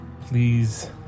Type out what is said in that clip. please